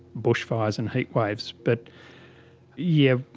bushfires and heatwaves. but yeah,